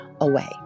away